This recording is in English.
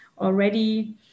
already